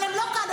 אבל הם לא כאן.